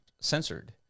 censored